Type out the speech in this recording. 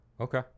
Okay